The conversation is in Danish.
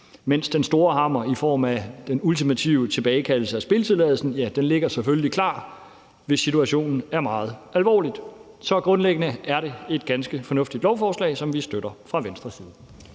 mens den store hammer i form af den ultimative tilbagekaldelse af spilletilladelsen selvfølgelig ligger klar, hvis situationen er meget alvorlig. Så grundlæggende er det et ganske fornuftigt lovforslag, som vi støtter fra Venstres side.